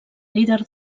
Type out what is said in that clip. líder